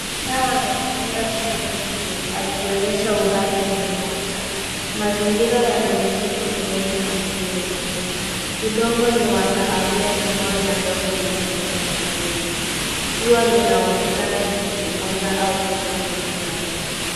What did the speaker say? Paa amejitenga chini ya mti akionyesha uhai umemuacha. Mazingira yana misitu minene na miti mirefu. Udongo ni wa kahawia na mawe madogo yameenea ardhini. Jua linaonekana likichomoza au kuzama nyuma ya miti.